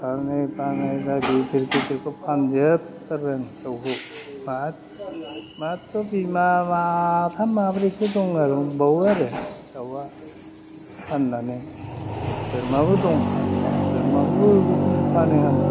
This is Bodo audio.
बाङै बाङै दा गिदिर गिदिरखौ फानजोबथारबाय आं दाउखौ मात्र' बिमा माथाम माब्रैसो दंबावो आरो दाउआ फाननानै बोरमाबो दं बोरमाखौबो बिदिनो फानो आं